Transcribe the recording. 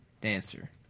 dancer